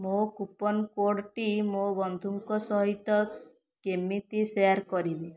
ମୋ କୁପନ୍ କୋଡ଼୍ଟି ମୋ ବନ୍ଧୁଙ୍କ ସହିତ କେମିତି ଶେୟାର୍ କରିବି